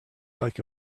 like